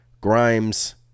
Grimes